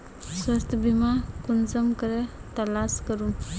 स्वास्थ्य बीमा कुंसम करे तलाश करूम?